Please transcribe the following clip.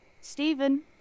Stephen